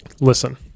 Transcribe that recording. Listen